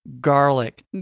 garlic